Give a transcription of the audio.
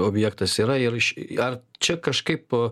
objektas yra ir iš ar čia kažkaip